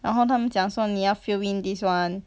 然后他们讲说你要 fill in this [one]